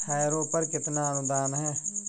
Harrow पर कितना अनुदान है?